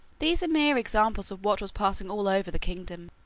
these are mere examples of what was passing all over the kingdom.